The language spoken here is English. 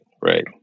Right